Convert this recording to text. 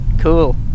Cool